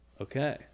Okay